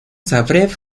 zagreb